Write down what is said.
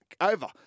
over